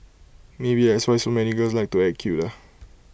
maybe that's why so many girls like to act cute ah